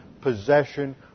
possession